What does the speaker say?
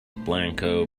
blanco